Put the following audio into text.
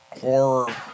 horror